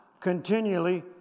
continually